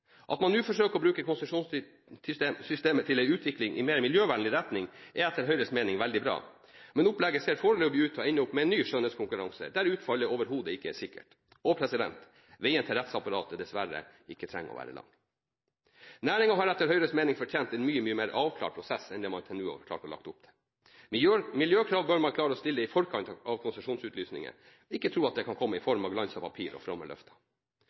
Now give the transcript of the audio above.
At man nå forsøker å bruke konsesjonssystemet til en utvikling i mer miljøvennlig retning er etter Høyres mening veldig bra, men opplegget ser foreløpig ut til å ende opp med en ny skjønnhetskonkurranse, der utfallet overhodet ikke er sikkert – og veien til rettsapparatet dessverre ikke trenger å være lang. Næringen har etter Høyres mening fortjent en mye mer avklart prosess enn det man til nå har klart å legge opp til. Miljøkrav bør man klare å stille i forkant av konsesjonsutlysninger, ikke tro at det kan komme i form av glanset papir og